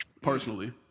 personally